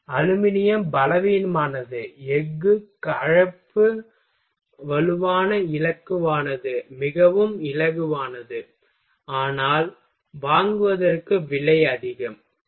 aluminium பலவீனமானது எஃகு கலப்பு வலுவான இலகுவானது மிகவும் இலகுவானது ஆனால் வாங்குவதற்கு விலை அதிகம் சரி